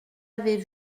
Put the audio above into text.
avait